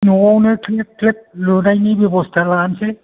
नटआवनो ख्लेब ख्लेब लुनायनि बेबस्था लानोसै